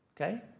okay